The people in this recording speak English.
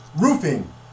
roofing